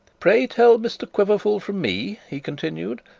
pray tell mr quiverful from me he continued,